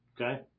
okay